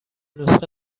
نسخه